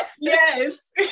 Yes